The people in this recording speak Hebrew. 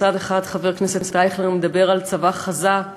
מהצד האחד, חבר הכנסת אייכלר מדבר על צבא חזק